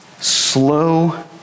Slow